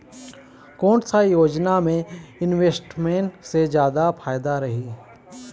कोन सा योजना मे इन्वेस्टमेंट से जादा फायदा रही?